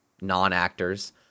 non-actors